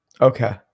Okay